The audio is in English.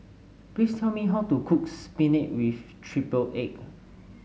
please tell me how to cook spinach with triple egg